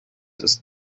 ist